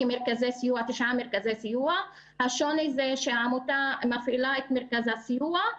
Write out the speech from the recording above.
יש תשעה מרכזי סיוע והשוני הוא שהעמותה מפעילה את מרכז הסיוע.